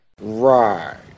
Right